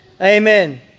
Amen